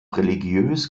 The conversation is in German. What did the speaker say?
religiös